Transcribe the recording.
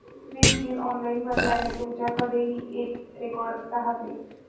वीज bill online भरल्याने, तुमच्याकडेही एक रेकॉर्ड राहते